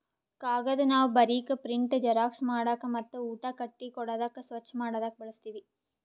ಕಾಗದ್ ನಾವ್ ಬರೀಕ್, ಪ್ರಿಂಟ್, ಜೆರಾಕ್ಸ್ ಮಾಡಕ್ ಮತ್ತ್ ಊಟ ಕಟ್ಟಿ ಕೊಡಾದಕ್ ಸ್ವಚ್ಚ್ ಮಾಡದಕ್ ಬಳಸ್ತೀವಿ